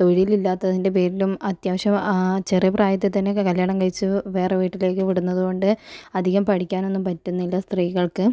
തൊഴിൽ ഇല്ലാത്തതിൻ്റെ പേരിലും അത്യാവശ്യം ചെറിയ പ്രായത്തിൽ തന്നെ കല്യാണം കഴിച്ച് വേറെ വീട്ടിലേക്ക് വിടുന്നത് കൊണ്ട് അധികം പഠിക്കാനൊന്നും പറ്റുന്നില്ല സ്ത്രീകൾക്ക്